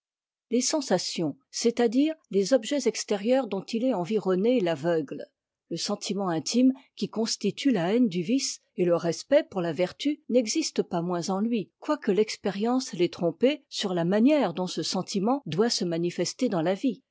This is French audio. les sensations c'est-à-dire les objets extérieurs dont il est environné l'aveuglent le sentiment intime qui constitue la haine du vice et le respect pour la vertu n'existe pas moins en lui quoique l'expé rience l'ait trompé sur la manière dont ce sentiment doit se manifester dans la vie